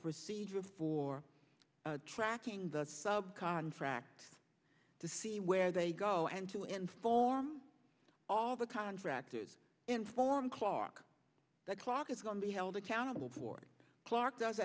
procedure for tracking those sub contracts to see where they go and to end form all the contractors inform clark that clock is going to be held accountable for clarke does